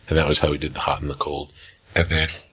that was how we did the hot and the cold. and then,